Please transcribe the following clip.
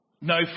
no